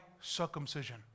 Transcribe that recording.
circumcision